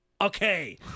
okay